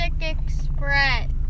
Express